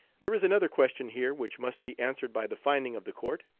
there is another question here which must be answered by the finding of the court.